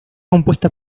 compuesta